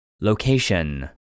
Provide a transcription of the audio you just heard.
Location